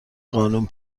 قانون